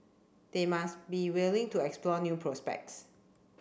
they must be willing to explore new prospects